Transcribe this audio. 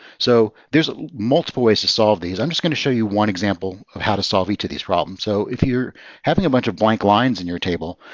so there's multiple ways to solve these. i'm just going to show you one example of how to solve each of these problems. so if you're having a bunch of blank lines in your table,